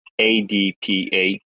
adpa